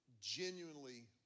genuinely